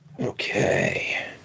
Okay